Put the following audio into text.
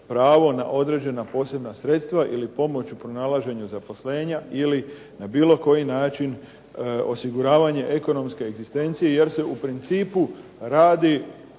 pravo na određena posebna sredstva ili pomoć u pronalaženju zaposlenja ili na bilo koji način osiguravanje ekonomske egzistencije, jer se u principu radi